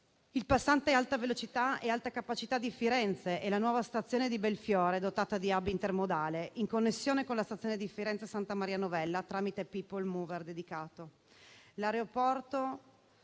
il passante Alta velocità-Alta capacità di Firenze e la nuova stazione di Belfiore, dotata di *hub* intermodale, in connessione con la stazione di Firenze Santa Maria Novella, tramite *people mover* dedicato, e con l'aeroporto